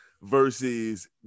versus